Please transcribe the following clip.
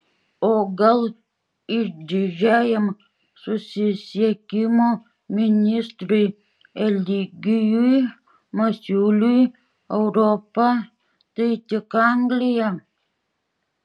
o gal išdidžiajam susisiekimo ministrui eligijui masiuliui europa tai tik anglija